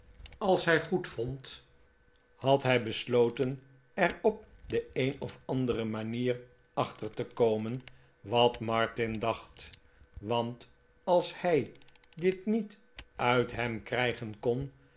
als hij goedvond had hij besloten er op de een of andere manier achter te komen wat martin dacht want als hij dit niet uit hem krijgen kon